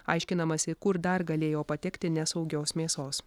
aiškinamasi kur dar galėjo patekti nesaugios mėsos